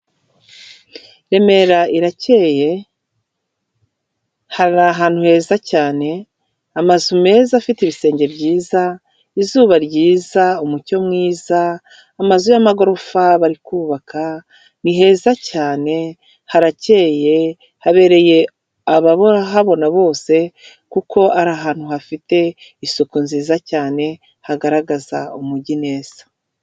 Remera iracyeye. Hari ahantu heza cyane, amazu meza afite ibisenge byiza, izuba ryiza, umucyo mwiza, amazu y'amagorofa bari kubaka. Ni heza cyane haracyeye habereye abahabona bose, kuko ari ahantu hafite isuku nziza cyane hagaragaza umujyi neza.